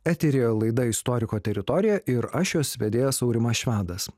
eteryje laida istoriko teritorija ir aš jos vedėjas aurimas švedas